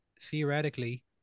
theoretically